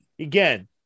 again